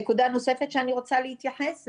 נקודה נוספת שאני רוצה להתייחס הוא